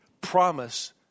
promise